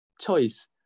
choice